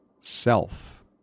self